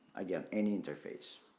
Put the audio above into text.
again any interface.